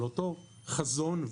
אותו חזון,